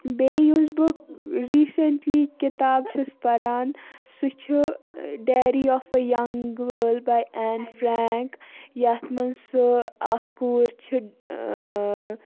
بیٚیہِ یُس بہٕ ریٖسٮ۪نٛٹلی کِتاب چھَس پَران سُہ چھِ diary of a young girl by Anne Frank یَتھ منٛز سُہ اَکھ کوٗر چھِ